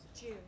June